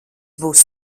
būs